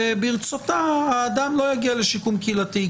וברצותה האדם לא יגיע לשיקום קהילתי,